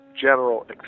general